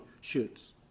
shoots